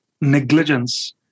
negligence